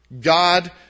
God